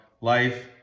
life